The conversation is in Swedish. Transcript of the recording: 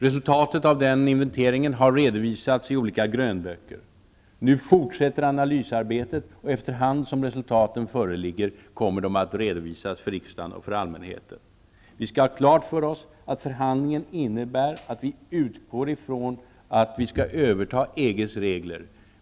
Resultatet av denna inventering har redovisats i olika grönböcker. Nu fortsätter analysarbetet. Och efter hand som resultaten föreligger kommer de att redovisas för riksdagen och för allmänheten. Vi skall ha klart för oss att förhandlingen innebär att vi utgår från att vi skall överta EG:s regler.